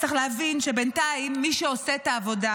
צריך להבין שבינתיים מי שעושה את העבודה,